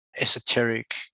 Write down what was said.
esoteric